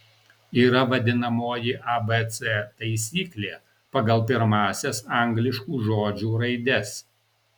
yra vadinamoji abc taisyklė pagal pirmąsias angliškų žodžių raides